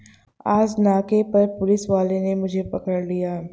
आज नाके पर पुलिस वाले ने मुझे पकड़ लिया